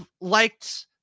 liked